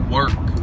work